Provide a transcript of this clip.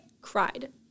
cried